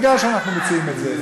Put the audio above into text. בגלל שאנחנו מציעים את זה.